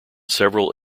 several